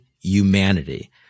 humanity